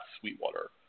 Sweetwater